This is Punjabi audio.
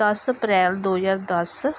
ਦਸ ਅਪ੍ਰੈਲ ਦੋ ਹਜ਼ਾਰ ਦਸ